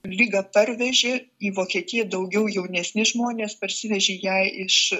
ligą pervežė į vokietiją daugiau jaunesni žmonės parsivežė ją iš